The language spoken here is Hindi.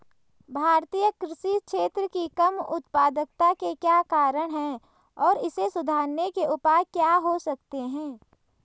भारतीय कृषि क्षेत्र की कम उत्पादकता के क्या कारण हैं और इसे सुधारने के उपाय क्या हो सकते हैं?